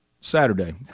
saturday